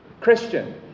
Christian